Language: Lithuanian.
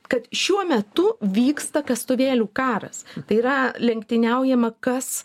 kad šiuo metu vyksta kastuvėlių karas tai yra lenktyniaujama kas